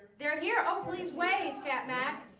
their hero please wave that mac